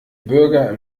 bürger